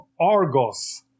Argos